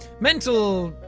mental.